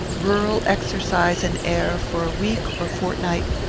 rural exercise and air, for a week or fortnight,